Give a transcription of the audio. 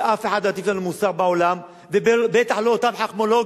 שאף אחד לא יטיף לנו מוסר בעולם ובטח לא אותם חוכמולוגים,